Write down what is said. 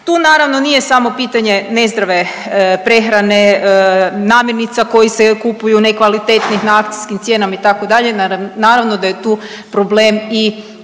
Tu naravno nije samo pitanje nezdrave prehrane, namirnica koje se kupuju nekvalitetnih na akcijskim cijenama itd., naravno da je tu problem i